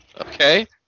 Okay